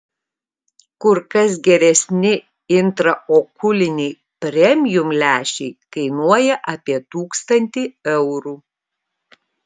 kur kas geresni intraokuliniai premium lęšiai kainuoja apie tūkstantį eurų